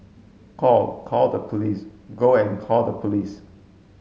call call the police go and call the police